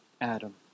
Adam